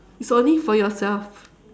it's only for yourself